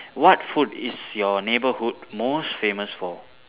what food is your neighbourhood most famous for